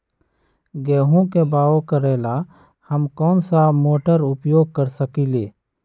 गेंहू के बाओ करेला हम कौन सा मोटर उपयोग कर सकींले?